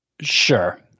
Sure